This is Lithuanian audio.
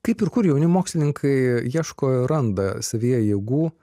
kaip ir kur jauni mokslininkai ieško ir randa savyje jėgų